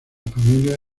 familia